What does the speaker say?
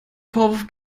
vorwurf